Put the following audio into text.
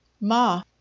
Ma